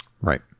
Right